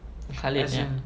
kalid ya